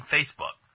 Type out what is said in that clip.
Facebook